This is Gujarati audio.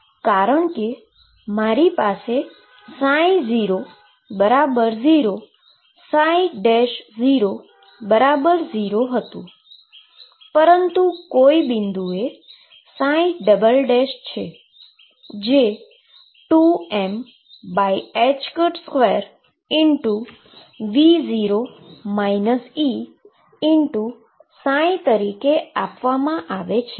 કારણ કે મારી પાસે 00 00 હતું પરંતુ કોઈ એક બિંદુએ છે જે 2m2V0 E તરીકે આપવામાં આવે છે